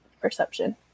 perception